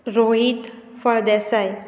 Rohit Phaldesai